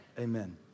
Amen